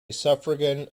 suffragan